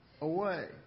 away